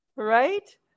right